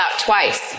twice